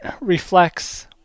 reflects